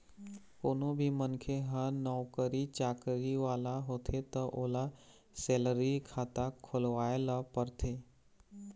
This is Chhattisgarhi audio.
कोनो भी मनखे ह नउकरी चाकरी वाला होथे त ओला सेलरी खाता खोलवाए ल परथे